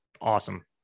awesome